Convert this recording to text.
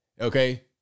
okay